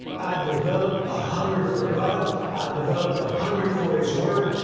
developed a hunger for god. i developed a hunger for his word.